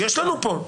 יש לנו פה.